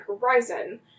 Horizon